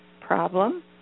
problem